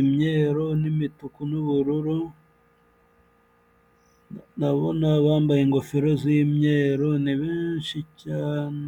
imyeru n'imituku n'ubururu ndabona abambaye ingofero z'imyeru ni benshi cyane.